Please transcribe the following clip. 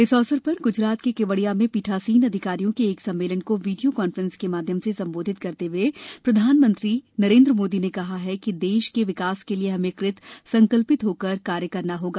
इस अवसर पर गुजरात के केवड़िया में पीठासीन अधिकारियों के एक सम्मेलन को वीडियों कांफ्रेंस के माध्यम से संबोधित करते हए प्रधानमंत्री नरेंद्र मोदी ने कहा है कि देश के विकास के लिए हमें कृत संकल्पित होकर कार्य करना होगा